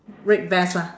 red vest lah